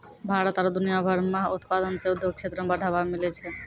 भारत आरु दुनिया भर मह उत्पादन से उद्योग क्षेत्र मे बढ़ावा मिलै छै